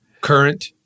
Current